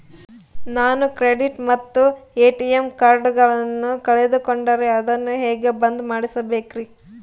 ನಾನು ಕ್ರೆಡಿಟ್ ಮತ್ತ ಎ.ಟಿ.ಎಂ ಕಾರ್ಡಗಳನ್ನು ಕಳಕೊಂಡರೆ ಅದನ್ನು ಹೆಂಗೆ ಬಂದ್ ಮಾಡಿಸಬೇಕ್ರಿ?